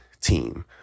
team